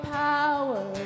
power